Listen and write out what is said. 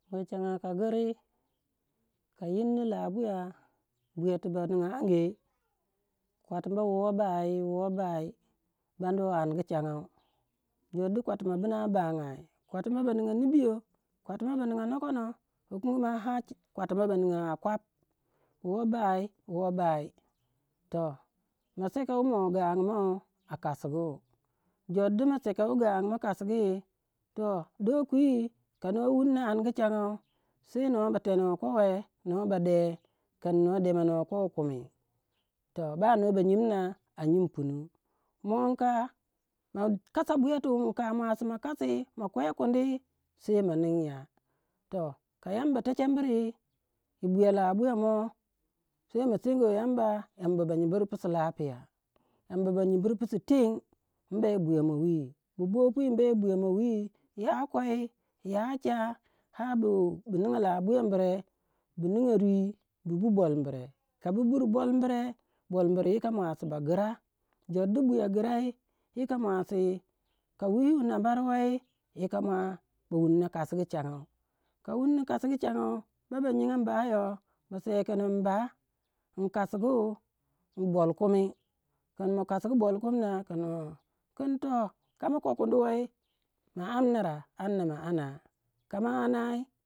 bwechenga ka giri ka yinni labuya buyati ba ninga ange kwotimba woh bai woh bai, banduwo anugu changou jor du kwatiba bina bagai. Kwatiba ba ninga nibyo, kwatima ba ninga nokono. Wukange ma kwatimba ba ninga kwap. Woh bai woh bai toh ma seka wu moh gangu mou akasigu. Jor du maseka wu gangu mou kasigu toh doh kwi ka noh wuni anugu changou sei noh ba teno kowe noh ba de kin noh demo noh kowe kumi, toh ba noh ba nyim na a nyimpunu mo inka ma kasa buyati wu inka makasi, ma kwei kundi sei ma ninya ka yamba techa buri yi buya labuya moh sei ma sengo yamba. Yamba ba nyimbir pisu, Yamba nyimbir pisu teng imbe buya moh wi, bu boh pwi imbe buyamoh wi ya kwei, ya cha, ar bu ninga labuyabure bu ninga rwi bu bu bolbire ka bu bur bolbire, bolbire yika muasi ba gira. Jor di buya girai yika muasi ka wiwu nambaruwei yika mua ba wunno kasugu changau ka wunni kasuga changau ba ba nyinga bayo ba se kin imba in kasugu bol kumi, kin ma kasugu bol kumi na kin ong. Kin toh kama ko kundi wei ma amna da ma anna, ka ma annai.